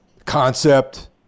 Concept